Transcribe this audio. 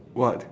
what